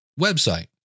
website